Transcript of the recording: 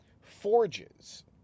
forges